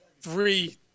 three